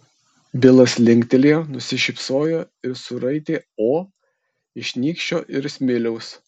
bilas linktelėjo nusišypsojo ir suraitė o iš nykščio ir smiliaus